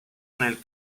nel